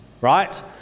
right